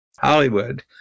Hollywood